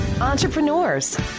Entrepreneurs